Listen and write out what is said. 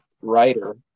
writer